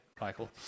Michael